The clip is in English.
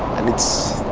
and it's,